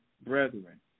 brethren